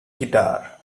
guitar